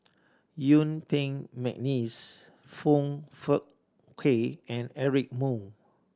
Yuen Peng McNeice Foong Fook Kay and Eric Moo